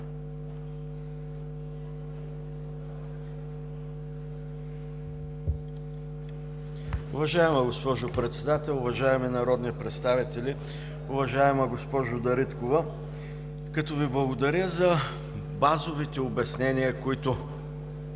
Уважаема госпожо Председател, уважаеми народни представители! Уважаема госпожо Дариткова, като Ви благодаря за базовите обяснения, които